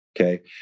Okay